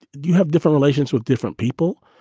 you have different relations with different people.